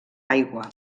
aigua